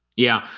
yeah,